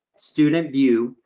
student view,